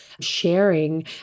sharing